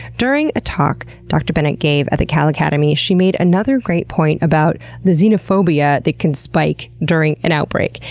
during a talk dr. bennett gave at the cal academy, she made another great point about the xenophobia that can spike during an outbreak.